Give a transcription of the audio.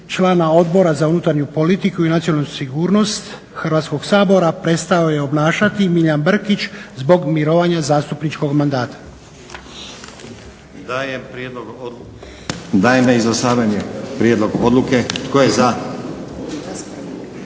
člana Odbora za unutarnju politiku i nacionalnu sigurnost Hrvatskog sabora prestao je obnašati Milijan Brkić zbog mirovanja zastupničkog mandata.